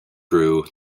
grew